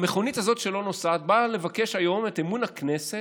המכונית הזאת שלא נוסעת באה לבקש היום את אמון הכנסת: